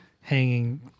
hanging